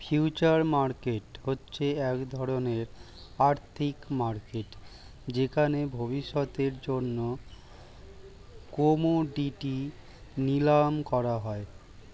future market হচ্ছে এক ধরণের আর্থিক মার্কেট যেখানে ভবিষ্যতের জন্য কোমোডিটি নিলাম করা হয়